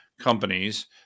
companies